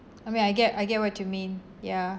I mean I get I get what you mean ya